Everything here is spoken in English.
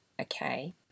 okay